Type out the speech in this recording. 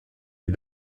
est